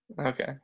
Okay